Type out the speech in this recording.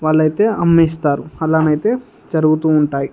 వాళ్ళయితే అమ్మేస్తారు అలానైతే జరుగుతు ఉంటాయి